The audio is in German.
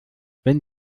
wenn